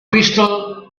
crystal